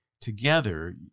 together